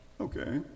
Okay